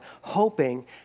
hoping